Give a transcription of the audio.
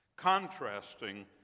contrasting